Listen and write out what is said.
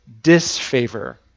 disfavor